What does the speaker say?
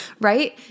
Right